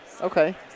okay